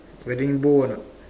wedding bow or not